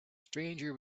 stranger